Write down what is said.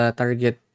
target